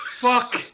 fuck